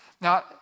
Now